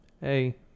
Hey